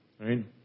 right